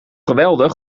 geweldig